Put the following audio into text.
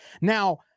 Now